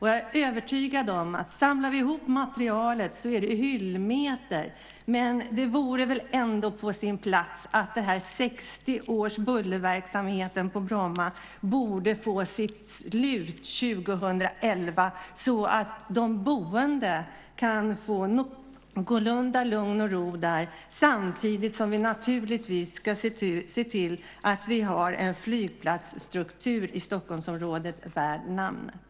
Jag är övertygad om att om vi samlar ihop materialet är det hyllmeter. Det vore väl ändå på sin plats att 60 års bullerverksamhet på Bromma får sitt slut 2011, så att de boende kan få någorlunda lugn och ro där. Samtidigt ska vi naturligtvis se till att vi har en flygplatsstruktur i Stockholmsområdet värd namnet.